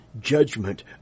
judgment